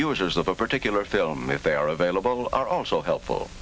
years of a particular film if they are available are also helpful